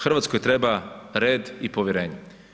Hrvatskoj treba redi povjerenje.